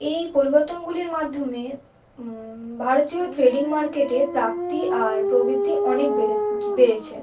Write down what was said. এই পরিবর্তনগুলির মাধ্যমে ভারতীয় ট্রেডিং মার্কেটে প্রাপ্তি আর প্রবৃদ্ধি অনেক বেড়েছে